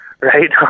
Right